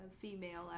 female